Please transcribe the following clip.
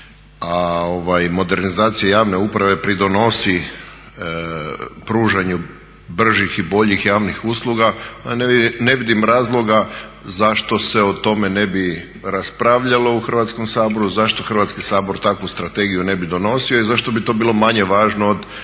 a modernizacija javne uprave pridonosi pružanju bržih i boljih javnih usluga. Ma ne vidi razloga zašto se o tome ne bi raspravljalo u Hrvatskom saboru, zašto Hrvatski sabor takvu strategiju ne bi donosio i zašto bi to bilo manje važno od